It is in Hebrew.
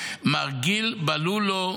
מר גיל בלולו,